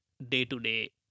day-to-day